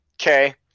Okay